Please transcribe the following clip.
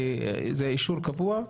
זה אישור קבוע?